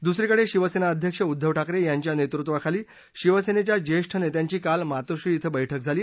दुसरीकडे शिवसेना अध्यक्ष उद्दव ठाकरे यांच्या नेतृत्वाखाली शिवसेनेच्या ज्येष्ठ नेत्यांची काल मातोश्री इथं बक्कि झाली